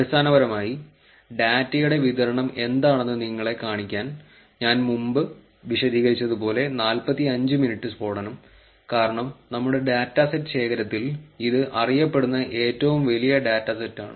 അടിസ്ഥാനപരമായി ഡാറ്റയുടെ വിതരണം എന്താണെന്ന് നിങ്ങളെ കാണിക്കാൻ ഞാൻ മുമ്പ് വിശദീകരിച്ചതുപോലെ 45 മിനിറ്റ് സ്ഫോടനം കാരണം നമ്മുടെ ഡാറ്റാ സെറ്റ് ശേഖരത്തിൽ ഇത് അറിയപ്പെടുന്ന ഏറ്റവും വലിയ ഡാറ്റ സെറ്റാണ്